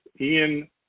Ian